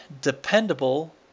dependable